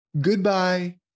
Goodbye